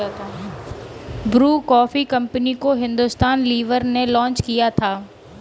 Bru coffee company को Hindustan Lever ने launch किया था